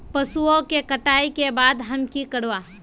पशुओं के कटाई के बाद हम की करवा?